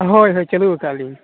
ᱦᱳᱭ ᱦᱳᱭ ᱪᱟᱹᱞᱩᱣ ᱟᱠᱟᱫᱞᱤᱧ